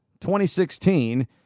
2016